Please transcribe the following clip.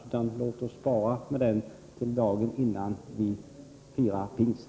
Låt oss spara den tills dagen innan vi firar pingst.